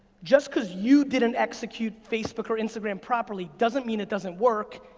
just cause you didn't execute facebook or instagram properly doesn't mean it doesn't work,